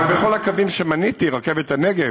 אבל בכל הקווים שמניתי: רכבת הנגב,